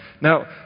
now